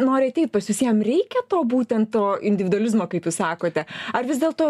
nori ateit pas jus jam reikia to būtent to individualizmo kaip jūs sakote ar vis dėlto